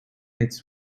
its